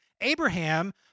Abraham